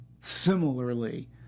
similarly